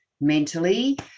mentally